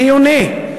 חיוני.